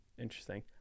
Interesting